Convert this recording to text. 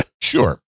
sure